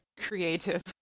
creative